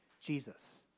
Jesus